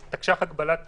תקש"ח הגבלת פעילות,